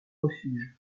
refuge